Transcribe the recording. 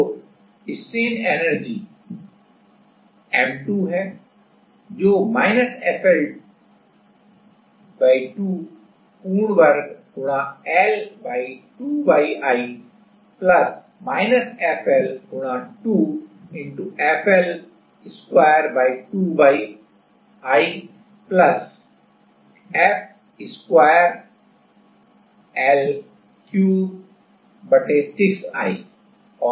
तो विकृति ऊर्जा M2 जो FL2 पूर्ण वर्ग L 2YI FL 2 FL वर्ग 2YI F वर्ग L घन 6YI